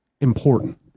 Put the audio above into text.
important